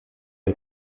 les